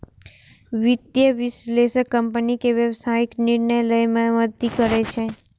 वित्तीय विश्लेषक कंपनी के व्यावसायिक निर्णय लए मे मदति करै छै